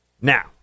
Now